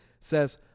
says